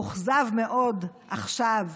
מאוכזב מאוד עכשיו,